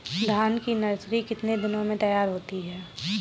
धान की नर्सरी कितने दिनों में तैयार होती है?